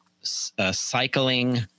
cycling